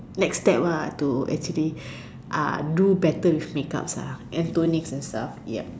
next step ah to actually ah do better with makeup ah and toning and stuff